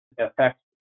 affects